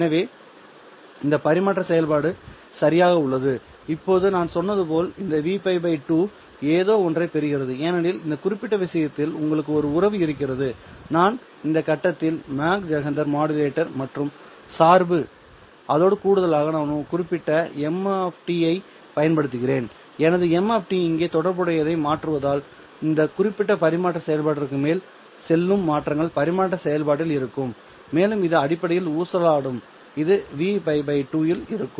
எனவே இந்த பரிமாற்ற செயல்பாடு சரியாக உள்ளது இப்போது நான் சொன்னது போல் இந்த Vπ 2 ஏதோ ஒன்றை பெறுகிறது ஏனெனில் இந்த குறிப்பிட்ட விஷயத்தில் உங்களுக்கு ஒரு உறவு இருக்கிறது நான் இந்த கட்டத்தில் மாக் ஜெஹெண்டர் மாடுலேட்டர் மற்றும் சார்பு அதோடு கூடுதலாக நான் ஒரு குறிப்பிட்ட m ஐ பயன்படுத்துகிறேன்எனது m இங்கே தொடர்புடையதை மாற்றுவதால் இந்த குறிப்பிட்ட பரிமாற்ற செயல்பாட்டிற்கு மேல் செல்லும்மாற்றங்கள் பரிமாற்ற செயல்பாட்டில் இருக்கும் மேலும் இது அடிப்படையில் ஊசலாடும் இது Vπ 2 இல் இருக்கும்